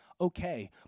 okay